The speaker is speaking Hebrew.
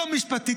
לא משפטי,